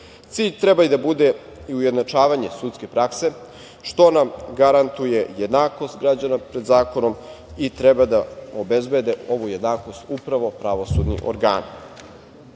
Cilj treba da bude i ujednačavanje sudske prakse, što nam garantuje jednakost građana pred zakonom i treba da obezbede ovu jednakost upravo pravosudni